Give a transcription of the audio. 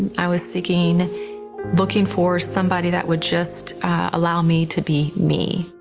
i was seeking looking for somebody that would just allow me to be me.